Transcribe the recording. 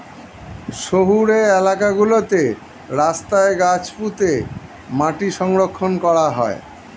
শহুরে এলাকা গুলোতে রাস্তায় গাছ পুঁতে মাটি সংরক্ষণ করা হয়